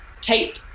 Tape